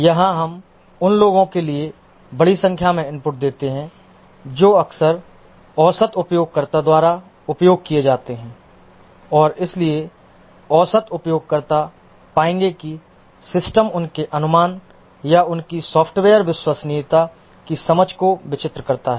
यहां हम उन लोगों के लिए बड़ी संख्या में इनपुट देते हैं जो अक्सर औसत उपयोगकर्ता द्वारा उपयोग किए जाते हैं और इसलिए औसत उपयोगकर्ता पाएंगे कि सिस्टम उनके अनुमान या उनकी सॉफ्टवेयर विश्वसनीयता की समझ को चित्रित करता है